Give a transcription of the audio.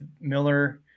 Miller